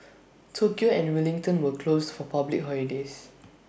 Tokyo and Wellington were closed for public holidays